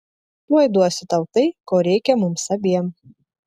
tuoj duosiu tau tai ko reikia mums abiem